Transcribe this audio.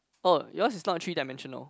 oh yours is not three dimensional